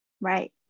Right